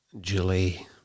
Julie